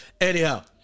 anyhow